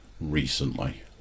recently